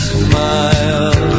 smile